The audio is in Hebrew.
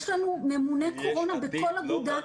יש לנו ממונה קורונה בכל אגודה.